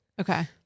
Okay